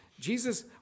Jesus